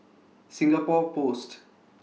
Singapore Post